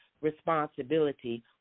responsibility